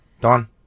Don